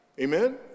amen